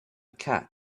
cat